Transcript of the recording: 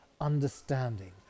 understanding